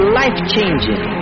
life-changing